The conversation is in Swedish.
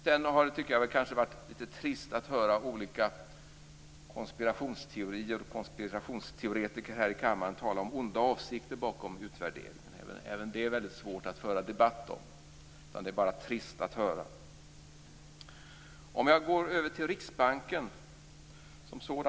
Sedan tycker jag att det har varit lite trist att höra olika konspirationsteoretiker här i kammaren tala om onda avsikter bakom utvärderingen. Då blir det väldigt svårt att föra en debatt. Det är bara trist att höra.